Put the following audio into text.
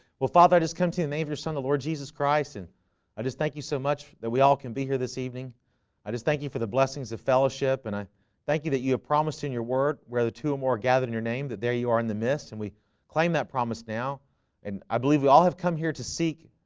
well father i just come to the nave your son the lord jesus christ and i just thank you so much that we all can be here this evening i just thank you for the blessings of fellowship and i thank you that you have promised in your word where the two more gathered in your name that there you are in the mist and we claim that promise now and i believe we all have come here to seek